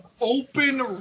open